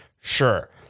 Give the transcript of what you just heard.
Sure